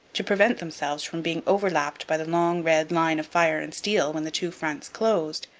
to prevent themselves from being overlapped by the long red line of fire and steel when the two fronts closed.